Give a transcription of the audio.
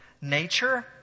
Nature